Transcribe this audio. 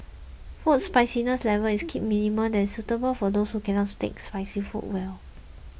food spiciness level is kept minimal that is suitable for those who cannot take spicy food well